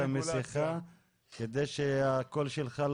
אני קודם כל מברך על כל הפחתת רגולציה,